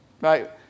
right